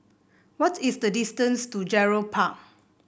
what is the distance to Gerald Park